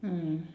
mm